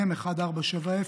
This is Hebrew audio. מ/1470.